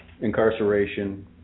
incarceration